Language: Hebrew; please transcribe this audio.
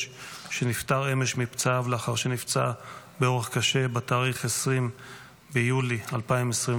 נפטר אמש מפצעיו לאחר שנפצע באורח קשה ב-20 ביולי 2024,